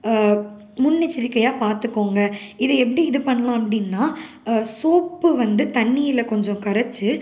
முன்னெச்சரிக்கையாக பார்த்துக்கோங்க இதை எப்படி இது பண்ணலாம் அப்படின்னா சோப்பு வந்து தண்ணியில் கொஞ்சம் கரைத்து